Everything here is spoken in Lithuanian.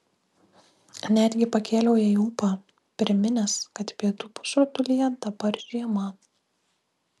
netgi pakėliau jai ūpą priminęs kad pietų pusrutulyje dabar žiema